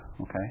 okay